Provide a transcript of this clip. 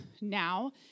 now